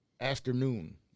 afternoon